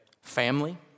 Family